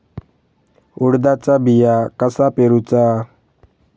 उडदाचा बिया कसा पेरूचा?